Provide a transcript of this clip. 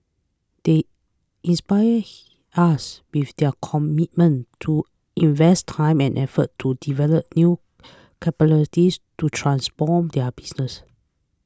they inspire us with their commitment to invest time and effort to develop new capabilities to transform their businesses